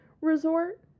resort